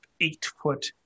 eight-foot